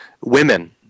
women